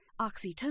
Oxytocin